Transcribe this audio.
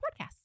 podcasts